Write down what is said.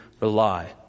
rely